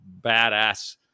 badass